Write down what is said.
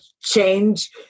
change